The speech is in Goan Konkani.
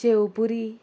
शेवपुरी